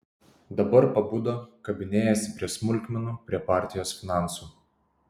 dabar pabudo kabinėjasi prie smulkmenų prie partijos finansų